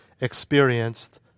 experienced